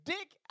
Dick